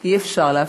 אי-אפשר להפסיק.